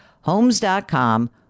Homes.com